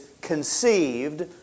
conceived